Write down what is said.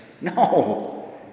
No